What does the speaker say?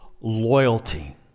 loyalty